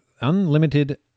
unlimited